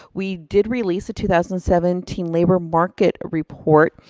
we did release a two thousand and seventeen labor market report.